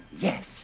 Yes